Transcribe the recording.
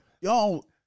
y'all